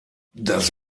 das